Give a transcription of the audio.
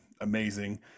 amazing